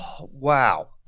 wow